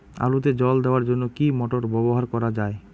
আলুতে জল দেওয়ার জন্য কি মোটর ব্যবহার করা যায়?